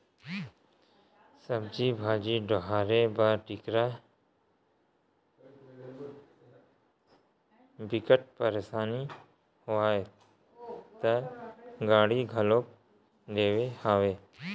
सब्जी भाजी डोहारे बर बिकट परसानी होवय त गाड़ी घलोक लेए हव